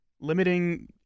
limiting